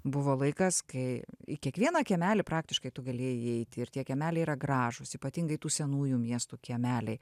buvo laikas kai į kiekvieną kiemelį praktiškai tu galėjai įeiti ir tie kiemeliai yra gražūs ypatingai tų senųjų miestų kiemeliai